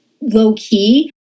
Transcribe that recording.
low-key